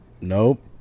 nope